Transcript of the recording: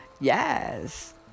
Yes